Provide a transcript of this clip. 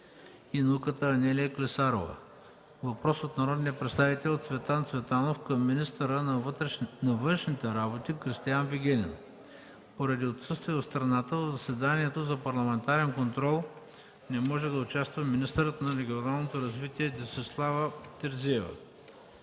и науката Анелия Клисарова; - въпрос от народния представител Цветан Цветанов към министъра на външните работи Кристиан Вигенин. Поради отсъствие от страната в заседанието за парламентарен контрол не може да участва министърът на регионалното развитие Десислава Терзиева.